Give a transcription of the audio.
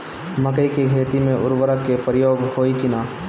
मकई के खेती में उर्वरक के प्रयोग होई की ना?